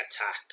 attack